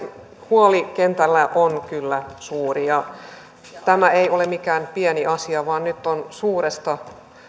huoli kentällä on kyllä suuri tämä ei ole mikään pieni asia vaan nyt on suuresta